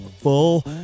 full